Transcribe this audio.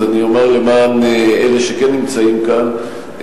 אז אני אומר למען אלה שכן נמצאים כאן,